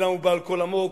אומנם הוא בעל קול עמוק,